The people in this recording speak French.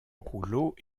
rouleaux